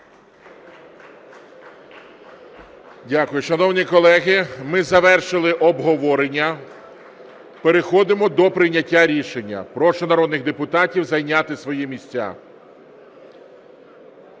Дякую. Шановні колеги, ми завершили обговорення, переходимо до прийняття рішення. Прошу народних депутатів зайняти свої місця.